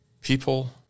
people